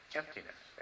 emptiness